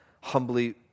humbly